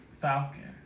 Falcon